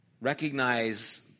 recognize